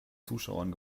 zuschauern